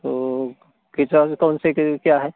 तो पिता कौन से के क्या है